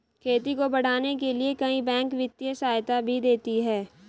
खेती को बढ़ाने के लिए कई बैंक वित्तीय सहायता भी देती है